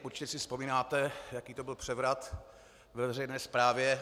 Určitě si vzpomínáte, jaký to byl převrat ve veřejné správě.